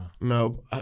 No